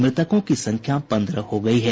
मृतकों की संख्या पंद्रह हो गयी है